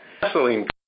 gasoline